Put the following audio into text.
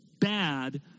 bad